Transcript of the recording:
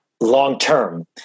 long-term